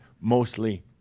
mostly